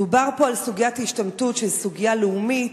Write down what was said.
מדובר פה על סוגיית ההשתמטות, שהיא סוגיה לאומית